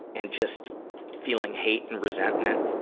and just feeling hate and resentment